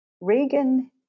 Reagan